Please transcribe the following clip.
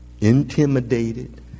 intimidated